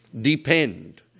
Depend